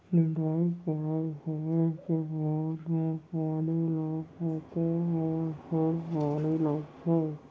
निंदई कोड़ई होवे के बाद म धान ल पकोए बर फेर पानी लगथे